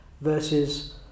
versus